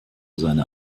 seine